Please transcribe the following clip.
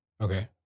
okay